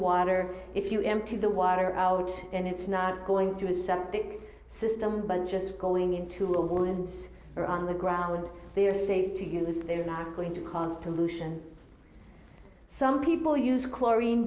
water if you empty the water out and it's not going through a septic system but just going into a woods or on the ground they are safe to you they're not going to cause pollution some people use chlorine